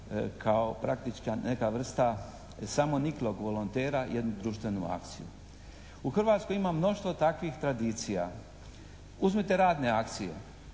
kao praktički neka vrsta samoniklog volontera, jednu društvenu akciju. U Hrvatskoj ima mnoštvo takvih tradicija. Uzmite radne akcije,